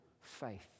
faith